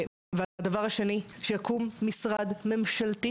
דבר שני, שיקום משרד ממשלתי